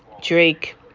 Drake